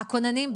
הכוננים,